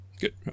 Good